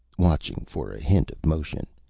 watching for a hint of motion,